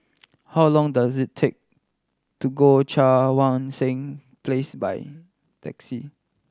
how long does it take to go Cheang Wan Seng Place by taxi